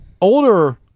older